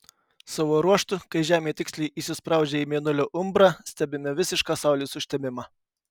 savo ruožtu kai žemė tiksliai įsispraudžia į mėnulio umbrą stebime visišką saulės užtemimą